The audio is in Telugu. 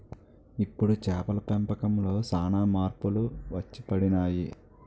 ఇప్పుడు చేపల పెంపకంలో సాన మార్పులు వచ్చిపడినాయి